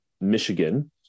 Michigan